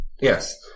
Yes